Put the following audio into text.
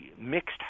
mixed